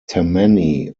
tammany